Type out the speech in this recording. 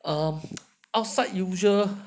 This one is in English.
um outside usual